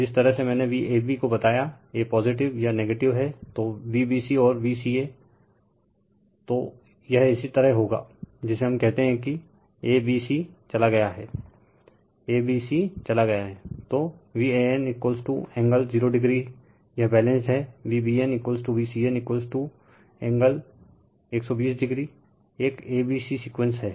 तो जिस तरह से मैंने Vab को बतायाl a पॉजिटिव या नेगेटिव हैl तो Vbc और Vca l तो यह इसी तरह होगा जिसे हम कहते हैं कि abc चला गया हैंl abc चला गया हैंl तो Van एंगल 0o यह बैलेंस्ड है VbnVcn angle 120o refer time 2215 एक a b c सीक्वेंस